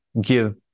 give